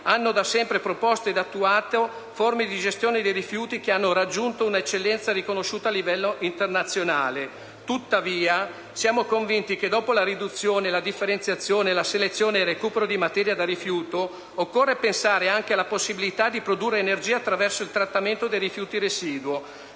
hanno da sempre proposto ed attuato forme di gestione dei rifiuti che hanno raggiunto un'eccellenza riconosciuta a livello internazionale. Tuttavia, siamo convinti che dopo la riduzione, la differenziazione, la selezione e il recupero di materia da rifiuto, occorre pensare anche alla possibilità di produrre energia attraverso il trattamento dei rifiuti residuo.